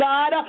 God